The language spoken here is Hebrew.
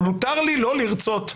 מותר לי לא לרצות.